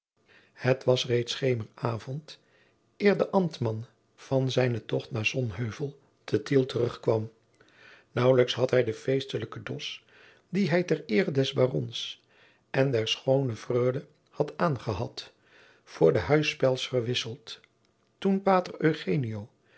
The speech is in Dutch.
het was reeds schemeravond eer de ambtman van zijnen tocht naar sonheuvel te tiel terugkwam naauwlijks had hij den feestelijken dosch dien hij ter eere des barons en der schoone freule had aangehad voor de huispels verwisseld toen pater